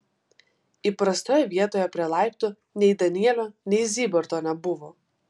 įprastoje vietoje prie laiptų nei danielio nei zybarto nebuvo